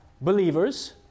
believers